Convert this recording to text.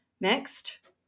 next